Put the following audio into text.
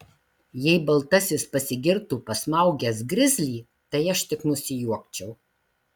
jei baltasis pasigirtų pasmaugęs grizlį tai aš tik nusijuokčiau